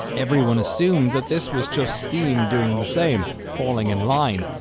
everyone assumed that this was just steam doing the same, falling in line.